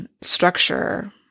structure